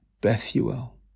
Bethuel